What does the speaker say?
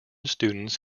students